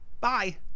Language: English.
Bye